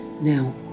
Now